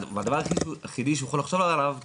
והדבר היחידי שהוא יכול לחשוב עליו זה